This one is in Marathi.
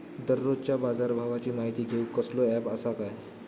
दररोजच्या बाजारभावाची माहिती घेऊक कसलो अँप आसा काय?